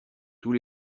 tous